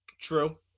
True